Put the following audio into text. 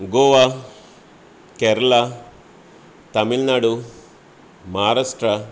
Goa Kerala Tamil Nadu Maharashtra